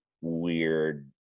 weird